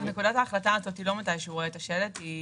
נקודת ההחלטה היא לא כאשר הוא רואה את השלט אלא היא